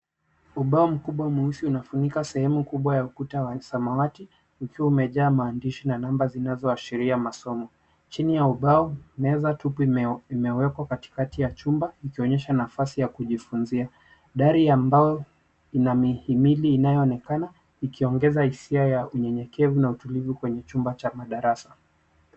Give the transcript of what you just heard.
Ubao mkubwa mweusi unafunika sehemu kubwa ya ukuta wa samawati ikiwa imejaa namba na maandishi zinazoashiria masomo. Chini ya ubao, meza tupu imewekwa katikati ya chumba ikionyesha nafasi ya kujifunzia. Dari ya mbao ina mihimili inayoonekana ikiongeza hisia ya unyenyekevu na utulivu kwenye chumba cha madarasa.